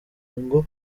ngo